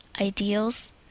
ideals